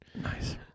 Nice